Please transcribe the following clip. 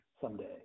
someday